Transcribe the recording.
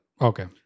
Okay